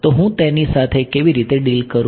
તો હું તેની સાથે કેવી રીતે ડીલ કરું